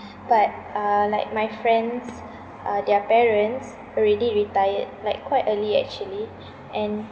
but uh like my friends uh their parents already retired like quite early actually and